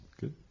Good